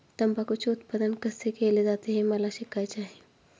तंबाखूचे उत्पादन कसे केले जाते हे मला शिकायचे आहे